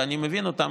ואני מבין אותם,